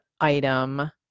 item